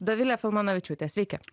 dovilė filmanavičiūtė sveiki